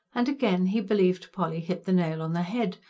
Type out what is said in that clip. and again he believed polly hit the nail on the head,